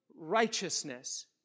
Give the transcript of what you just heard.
righteousness